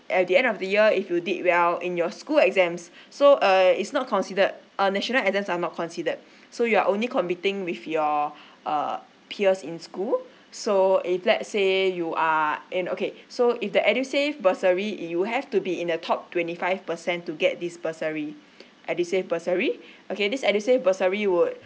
at the end of the year if you did well in your school exams so uh it's not considered uh national exams are not considered so you're only competing with your uh peers in school so if let say you are and okay so if the edusave bursary you have to be in the top twenty five percent to get this bursary edusave bursary okay this edusave bursary would